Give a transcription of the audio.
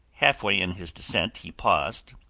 halfway in his descent he paused,